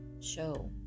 show